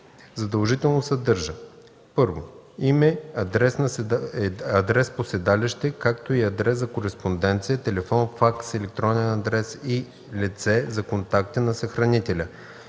задължително съдържа: 1. име, адрес по седалище, както и адрес за кореспонденция, телефон, факс, електронен адрес и лице за контакти на съхранителя,